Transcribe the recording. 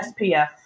spf